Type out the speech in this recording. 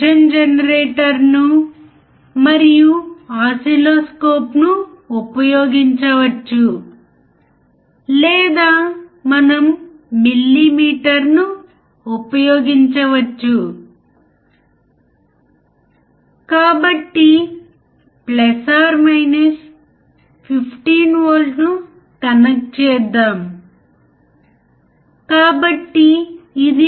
2 వోల్ట్లు మరియు పసుపు రంగు లో ఉన్నది ఇన్పుట్ ఇది పిక్ టు పిక్ 540 మిల్లీవోల్ట్ల ఉంది అంటే ఇప్పటికీ అవుట్పుట్ క్లిప్ అవ్వలేదు కాబట్టి 0